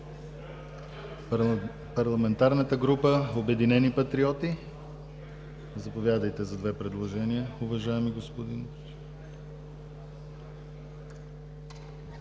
Парламентарната група „Обединени патриоти“ – заповядайте за две предложения, уважаеми господин